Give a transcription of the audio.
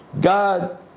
God